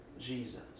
Jesus